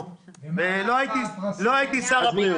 לא הייתי שר הבריאות.